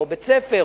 או בית-ספר,